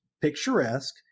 picturesque